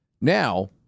Now